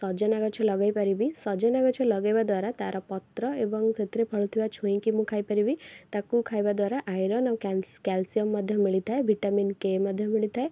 ସଜନା ଗଛ ଲଗାଇ ପାରିବି ସଜନା ଗଛ ଲଗାଇବା ଦ୍ଵାରା ତାର ପତ୍ର ଏବଂ ସେଥିରେ ଫଳୁଥିବା ଛୁଇଁକୁ ମୁଁ ଖାଇପାରିବି ତାକୁ ଖାଇବାଦ୍ଵାରା ଆଇରନ୍ ଆଉ କ୍ୟାଲସିଅମ ମଧ୍ୟ ମିଳିଥାଏ ଭିଟାମିନ୍ କେ ମଧ୍ୟ ମିଳିଥାଏ